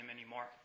anymore